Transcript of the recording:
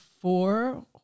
four